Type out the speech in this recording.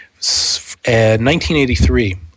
1983